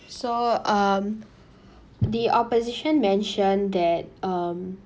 so um the opposition mentioned that um